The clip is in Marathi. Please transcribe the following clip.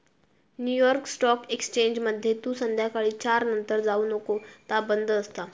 न्यू यॉर्क स्टॉक एक्सचेंजमध्ये तू संध्याकाळी चार नंतर जाऊ नको ता बंद असता